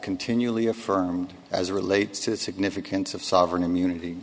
continually affirmed as relates to the significance of sovereign immunity